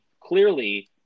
clearly